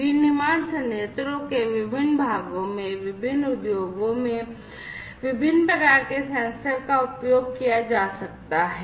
विनिर्माण संयंत्रों के विभिन्न भागों में विभिन्न उद्योगों में विभिन्न प्रकार के सेंसर का उपयोग किया जा सकता है